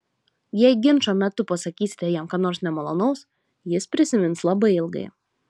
jei ginčo metu pasakysite jam ką nors nemalonaus jis prisimins labai ilgai